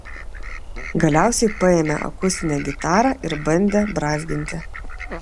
galiausiai paėmė akustinę gitarą ir bandė brązginti